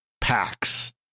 packs